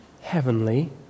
Heavenly